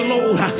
Lord